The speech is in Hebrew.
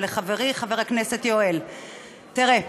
לחברי, חבר הכנסת יואל, תראה,